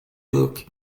look